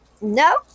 No